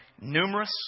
numerous